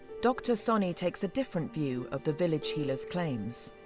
dr soni takes a different view of the village healer's claims.